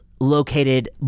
located